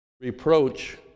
reproach